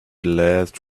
last